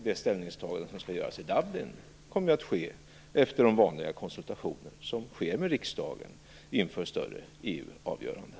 Det ställningstagande som skall göras i Dublin kommer att ske efter de vanliga konsultationer som sker med riksdagen inför större EU-avgöranden.